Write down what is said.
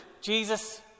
Jesus